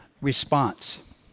response